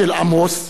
כפר-ויתקין,